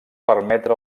permetre